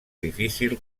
difícil